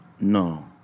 No